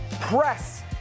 press